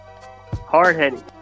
Hard-headed